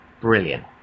brilliant